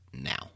now